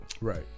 Right